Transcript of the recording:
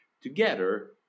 together